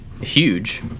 huge